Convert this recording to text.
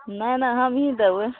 नहि नहि हमहीं देबय